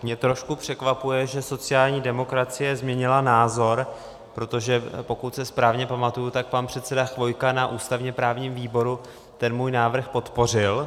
Mě trošku překvapuje, že sociální demokracie změnila názor, protože pokud se správně pamatuji, tak pan předseda Chvojka na ústavněprávním výboru můj návrh podpořil.